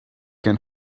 can